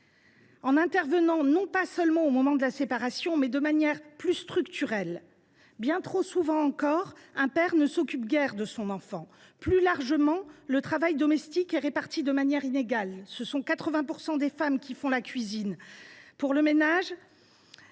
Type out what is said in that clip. intervenir non pas seulement au moment de la séparation, mais de manière plus structurelle. Bien trop souvent encore, un père ne s’occupe guère de son enfant. Plus largement, le travail domestique est réparti de manière inégale, puisque 80 % des femmes font la cuisine ou le ménage